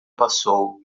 passou